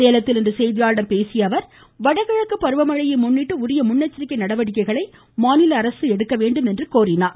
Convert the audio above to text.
சேலத்தில் இன்று செய்தியாளர்களிடம் பேசிய அவர் வடகிழக்கு பருவமழையை முன்னிட்டு உரிய முன்னெச்சரிக்கை நடவடிக்கைகளை அரசு எடுக்க வேண்டுமென்றார்